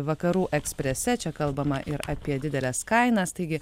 vakarų eksprese čia kalbama ir apie dideles kainas taigi